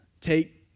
take